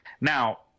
Now